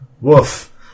Woof